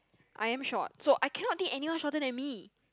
I'm short so I cannot date anyone shorter than me